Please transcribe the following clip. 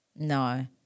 No